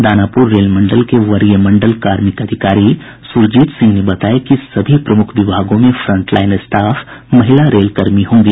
Danapur rail मंडल के वरीय मंडल कार्मिक अधिकारी सुरजीत सिंह ने बताया कि सभी प्रमुख विभागों में फ्रंटलाईन स्टाफ महिला रेल कर्मी होंगी